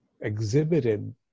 exhibited